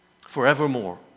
forevermore